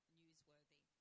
newsworthy